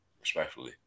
respectfully